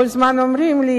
כל הזמן אומרים לי,